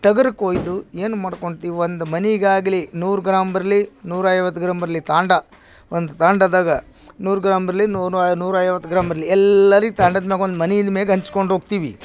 ಟಗರು ಕೊಯ್ದು ಏನು ಮಾಡ್ಕೊತೀವಿ ಒಂದು ಮನೆಗ್ ಆಗಲಿ ನೂರು ಗ್ರಾಮ್ ಬರಲಿ ನೂರು ಐವತ್ತು ಗ್ರಾಮ್ ಬರಲಿ ತಾಂಡ ಒಂದು ತಾಂಡದಾಗ ನೂರು ಗ್ರಾಮ್ ಬರಲಿ ನೂರಾ ಐವತ್ತು ಗ್ರಾಮ್ ಬರಲಿ ಎಲ್ಲರಿಗೆ ತಾಂಡದ ಮೇಲೆ ಒಂದು ಮನೆ ಇದು ಮೇಲೆ ಹಂಚ್ಕೊಂಡ್ ಹೋಗ್ತೀವಿ